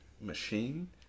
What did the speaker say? machine